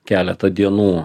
keletą dienų